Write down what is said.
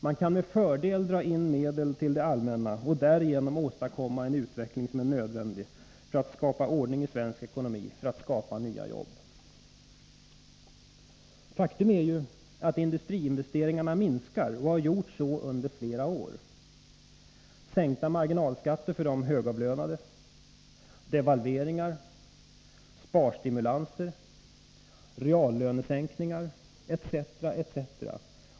Man kan med fördel dra in medel till det allmänna och därigenom åstadkomma den utveckling som är nödvändig för att få ordning på svensk ekonomi och skapa nya jobb. Faktum är ju att industriinvesteringarna minskar och har gjort så under flera år. Sänkta marginalskatter för de högavlönade, devalveringar, sparstimulanser, reallönesänkningar etc.